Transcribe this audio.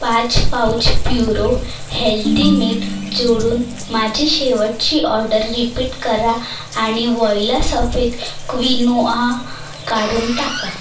पाच pouch Puro healthy मीठ जोडून माझी शेवटची ऑर्डर रिपीट करा आणि वॉइला सफेद क्विनोआ काढून टाका